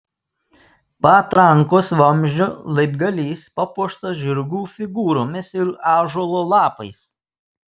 patrankos vamzdžio laibgalys papuoštas žirgų figūromis ir ąžuolo lapais